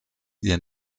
ihr